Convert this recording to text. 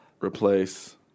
replace